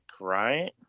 right